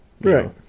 Right